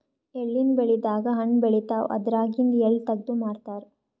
ಎಳ್ಳಿನ್ ಬೆಳಿದಾಗ್ ಹಣ್ಣ್ ಬೆಳಿತಾವ್ ಅದ್ರಾಗಿಂದು ಎಳ್ಳ ತಗದು ಮಾರ್ತಾರ್